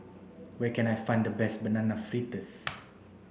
where can I find the best banana fritters